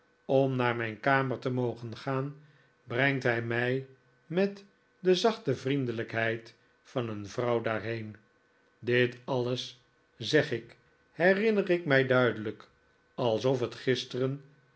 om naar mijn kamer te mogen gaan brengt hij mij met de zachte vriendelijkheid van een vrouw daarheen dit alles zeg ik herinner ik mij duidelijk alsof het gisteren